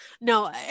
No